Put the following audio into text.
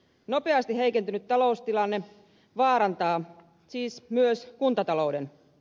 nopeasti heikentynyt taloustilanne vaarantaa siis myös kuntatalouden